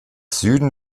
süden